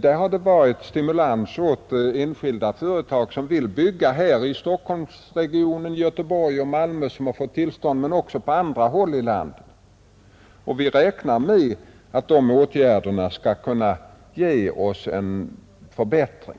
Där har det varit stimulans åt enskilda företag som vill bygga här i Stockholmsregionen, i Göteborg och Malmö men också på andra håll i landet och som har fått tillstånd. Vi räknar med att de åtgärderna skall kunna ge oss en förbättring.